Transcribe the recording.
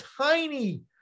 tiny